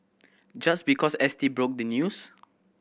just because S T broke the news